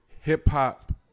hip-hop